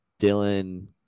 Dylan